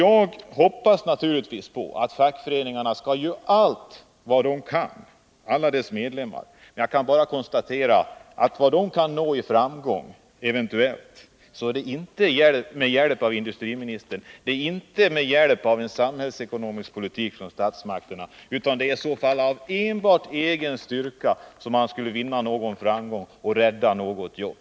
Jag hoppas naturligtvis att fackföreningarna och alla dess medlemmar skall göra allt vad de kan. Men jag kan konstatera att om de eventuellt skulle nå framgång så är det inte med hjälp av industriministern eller av en samhällsekonomisk politik från statsmakterna. Det är enbart av egen styrka som de skulle vinna framgång och rädda jobb.